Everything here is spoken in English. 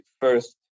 first